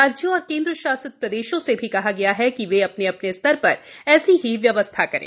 राज्यों और केंद्र शासित प्रदेशों से भी कहा गया है कि वे अपने अपने स्तर ऐसी ही व्यवस्था करे